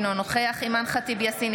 אינו נוכח אימאן ח'טיב יאסין,